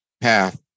path